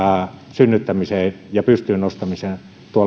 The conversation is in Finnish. synnyttäminen ja pystyyn nostaminen